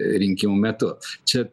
rinkimų metu čia